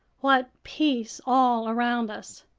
what peace all around us!